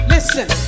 Listen